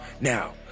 Now